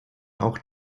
auch